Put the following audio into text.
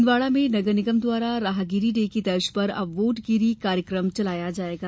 छिंदवाड़ा में नगर निगम द्वारा राहगीरी डे की तर्ज पर अब वोटगीरी कार्यकम चलाया जा जायेगा